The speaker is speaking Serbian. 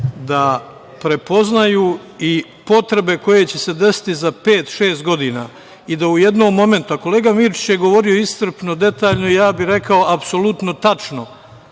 da prepoznaju i potrebe koje će se desiti za pet, šest godina, i u jednom momentu, a kolega Mirčić je govorio iscrpno, detaljno i, ja bih rekao, apsolutno tačno,